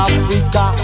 Africa